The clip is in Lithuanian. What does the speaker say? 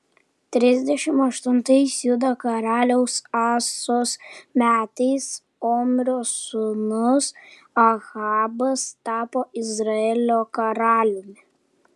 trisdešimt aštuntais judo karaliaus asos metais omrio sūnus ahabas tapo izraelio karaliumi